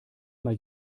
mal